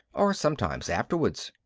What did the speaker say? or sometimes afterwards.